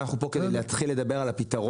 ואנחנו פה כדי להתחיל לדבר על הפתרון.